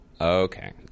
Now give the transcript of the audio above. okay